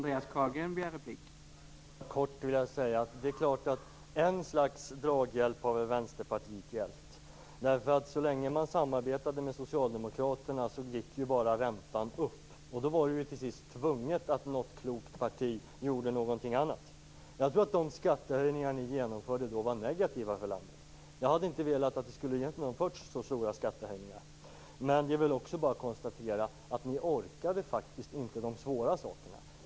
Herr talman! Det är klart att ett slags draghjälp har Vänsterpartiet varit. Så länge man samarbetade med Socialdemokraterna gick ju räntan bara upp. Då var det till sist tvunget att något klokt parti gjorde någonting annat. Jag tror att de skattehöjningar ni genomförde då var negativa för landet. Jag hade inte velat att det skulle genomföras så stora skattehöjningar. Men det är väl bara att konstatera att ni faktiskt inte orkade de svåra sakerna.